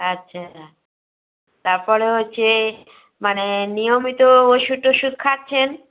আচ্ছা তারপরে হচ্ছে মানে নিয়মিত ওষুধ টষুধ খাচ্ছেন